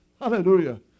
Hallelujah